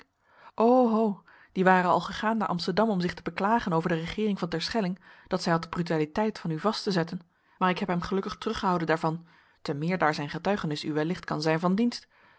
ho die ware al gegaan naar amsterdam om zich te beklagen over de regeering van terschelling dat zij had de brutaliteit van u vast te zetten maar ik heb hem gelukkig teruggehouden daarvan te meer daar zijn getuigenis u wellicht kan zijn van dienst